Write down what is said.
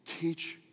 teach